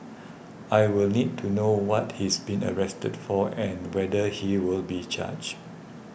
I will need to know what he's been arrested for and whether he will be charged